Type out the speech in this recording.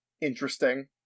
interesting